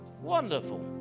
Wonderful